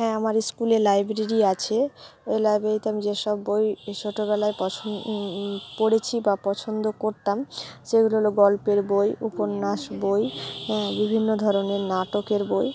হ্যাঁ আমার স্কুলে লাইব্রেরি আছে এই লাইব্রেরিতে আমি যেসব বই ছোটোবেলায় পছন্দ পড়েছি বা পছন্দ করতাম সেগুলো হলো গল্পের বই উপন্যাস বই হ্যাঁ বিভিন্ন ধরনের নাটকের বই